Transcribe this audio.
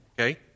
okay